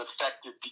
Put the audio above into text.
affected